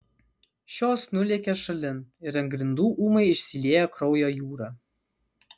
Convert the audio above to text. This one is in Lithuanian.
šios nulėkė šalin ir ant grindų ūmai išsiliejo kraujo jūra